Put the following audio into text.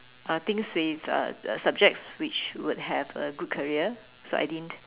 uh things with uh uh subjects which would have a good career so I didn't